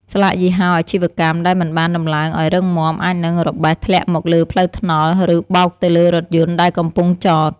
ស្លាកយីហោអាជីវកម្មដែលមិនបានដំឡើងឱ្យរឹងមាំអាចនឹងរបេះធ្លាក់មកលើផ្លូវថ្នល់ ឬបោកទៅលើរថយន្តដែលកំពុងចត។